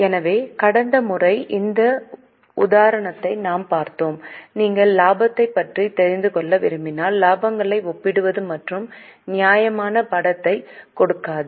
எனவே கடந்த முறை இந்த உதாரணத்தை நாம் பார்த்தோம் நீங்கள் லாபத்தைப் பற்றி தெரிந்து கொள்ள விரும்பினால் இலாபங்களை ஒப்பிடுவது மட்டுமே நியாயமான படத்தைக் கொடுக்காது